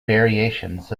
variations